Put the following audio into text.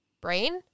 brain